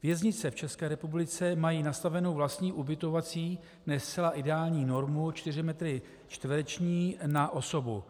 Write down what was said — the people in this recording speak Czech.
Věznice v České republice mají nastavenou vlastní ubytovací ne zcela ideální normu 4 metry čtvereční na osobu.